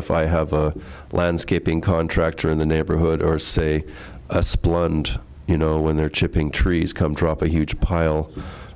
if i have a landscaping contractor in the neighborhood or say supply and you know when they're chipping trees come drop a huge pile